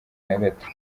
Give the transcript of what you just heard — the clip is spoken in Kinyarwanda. nagato